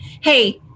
hey